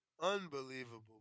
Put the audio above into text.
Unbelievable